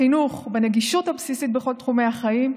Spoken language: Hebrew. בחינוך, בנגישות הבסיסית בכל תחומי החיים,